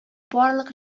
барлык